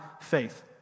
faith